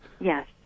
Yes